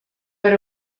per